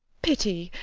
pity,